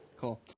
Cool